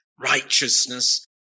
righteousness